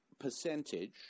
percentage